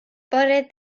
bore